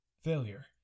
Failure